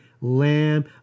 lamb